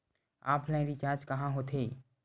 Offline recharge कहां होथे?